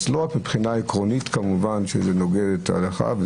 עקרונית זה כמובן נוגד את ההלכה.